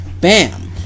bam